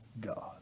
God